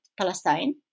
Palestine